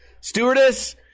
Stewardess